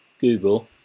Google